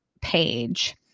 page